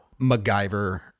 MacGyver